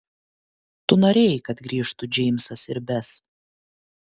tu norėjai kad grįžtų džeimsas ir bes